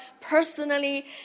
personally